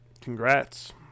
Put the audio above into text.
Congrats